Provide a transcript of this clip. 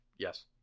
Yes